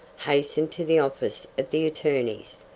hastened to the office of the attorneys.